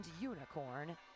Unicorn